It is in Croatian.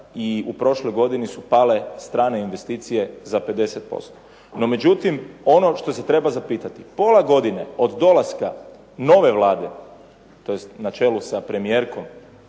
i u prošloj godini su pale strane investicije za 50%. No međutim, ono što se treba zapitati, pola godine od dolaska nove Vlade na čelu sa premijerkom,